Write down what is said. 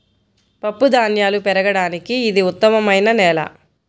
పప్పుధాన్యాలు పెరగడానికి ఇది ఉత్తమమైన నేల